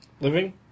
Living